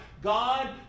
God